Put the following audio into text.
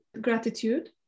gratitude